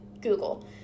Google